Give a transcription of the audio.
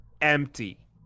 empty